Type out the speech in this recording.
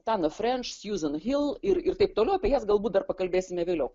tana frenš sjuzen hil ir ir taip toliau apie jas galbūt dar pakalbėsime vėliau